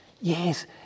yes